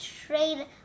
trade